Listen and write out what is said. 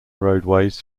roadways